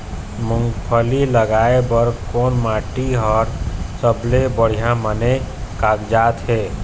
मूंगफली लगाय बर कोन माटी हर सबले बढ़िया माने कागजात हे?